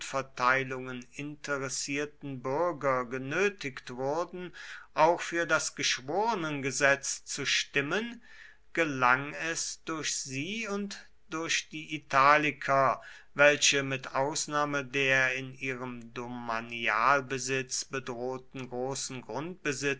landverteilungen interessierten bürger genötigt wurden auch für das geschworenengesetz zu stimmen gelang es durch sie und durch die italiker welche mit ausnahme der in ihrem domanialbesitz bedrohten großen